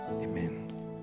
Amen